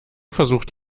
versucht